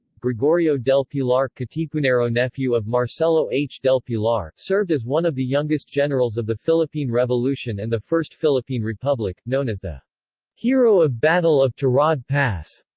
gregorio del pilar katipunero nephew of marcelo h. del pilar, served as one of the youngest generals of the philippine revolution and the first philippine republic known as the hero of battle of tirad pass